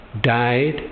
Died